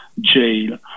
jail